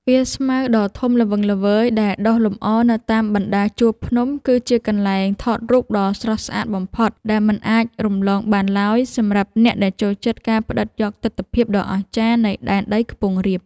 វាលស្មៅដ៏ធំល្វឹងល្វើយដែលដុះលម្អនៅតាមបណ្ដាជួរភ្នំគឺជាកន្លែងថតរូបដ៏ស្រស់ស្អាតបំផុតដែលមិនអាចរំលងបានឡើយសម្រាប់អ្នកដែលចូលចិត្តការផ្ដិតយកទិដ្ឋភាពដ៏អស្ចារ្យនៃដែនដីខ្ពង់រាប។